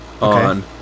on